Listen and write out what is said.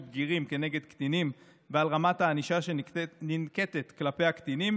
בגירים כנגד קטינים ועל רמת הענישה שננקטת כלפי הקטינים.